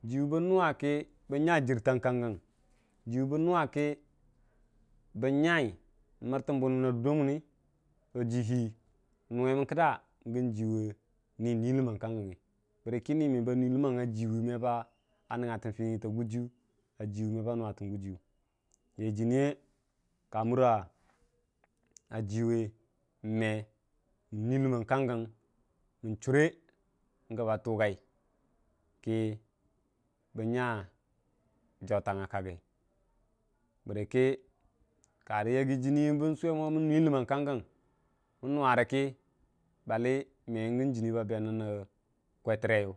jiiwu bən nuwa kə bən nyar mərtən bunən a durda munə to jihii bənuwai gəu jiwu nii ləmmang ka gənggə bərəkə ni meba nuu ləmmang a jiwu meba nuwatən fənə ta gʊjiyʊ ba yai jini ye ka mura jiwʊ me mən nu ləmmang kangəngi mən chuure gəbba tʊgai kə nya jautangnya kaggə bərəkə karə yaggi jini bən suwe mo mən nung ləmmang kangən məu nuwa kə balə meng jini ba bendunə kwetərreyʊ.